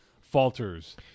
falters